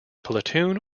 platoon